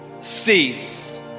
cease